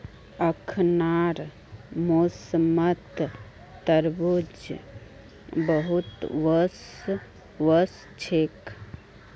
अखनार मौसमत तरबूज बहुत वोस छेक